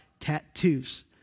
tattoos